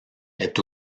est